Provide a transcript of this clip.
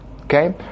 okay